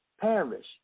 perish